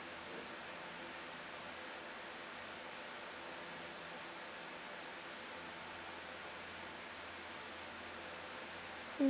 mm